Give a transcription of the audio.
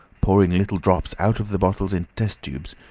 pouring little drops out of the bottles into test-tubes,